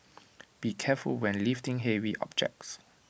be careful when lifting heavy objects